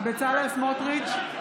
בצלאל סמוטריץ'